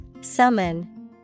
Summon